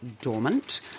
dormant